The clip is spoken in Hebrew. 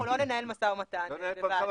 אנחנו לא ננהל משא ומתן בוועדה.